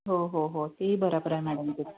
हो हो हो ते ही बरोबर आहे मॅडम तुम